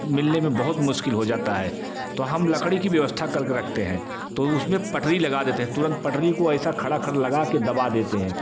मिलने में बहुत मुश्किल हो जाता है तो हम लकड़ी की व्यवस्था कर के रखते हैं तो उस में पटरी लगा देते हैं तुरंत पटरी को ऐसा खड़ा कर लगा के दबा देते हैं